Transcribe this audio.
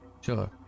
sure